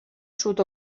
sud